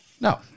No